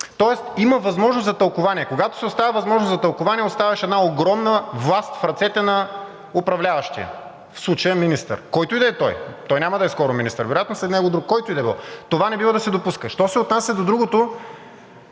тоест има възможност за тълкувание. Когато се оставя възможност за тълкувание, оставяш една огромна власт в ръцете на управляващия, в случая министър – който и да е той, той няма да е скоро министър вероятно, след него друг, който и да било, това не бива да се допуска. Що се отнася до другото